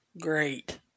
great